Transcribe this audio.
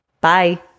Bye